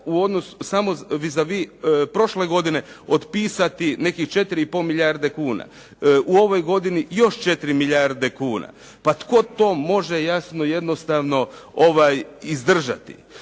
kune samo vis a vis prošle godine otpisati nekih 4,5 milijarde kuna, u ovoj godini još 4 milijarde kuna. Pa tko to može jasno jednostavno izdržati?